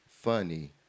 funny